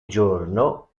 giorno